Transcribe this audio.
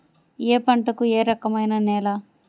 ఏ పంటకు ఏ రకమైన నేల?